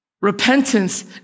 Repentance